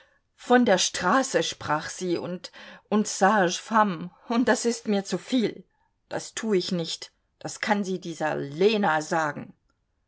von der straße sprach sie und und sage femme und das ist mir zuviel das tu ich nicht das kann sie dieser lena sagen